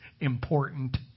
important